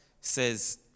says